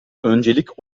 öncelik